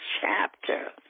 chapter